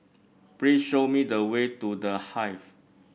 please show me the way to The Hive